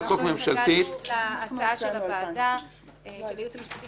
אנחנו שקלנו את ההצעה של הייעוץ המשפטי